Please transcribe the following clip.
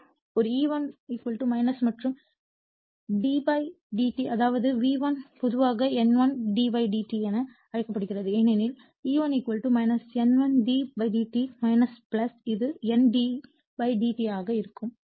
எனவே ஒரு E1 மற்றும் d ψ dt அதாவது V1 பொதுவாக N1 d ψ dt என அழைக்கப்படுகிறது ஏனெனில் E1 N1 d ψ dt இது N d ψ d t ஆக இருக்கும்